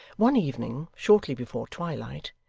one evening, shortly before twilight,